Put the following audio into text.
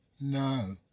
No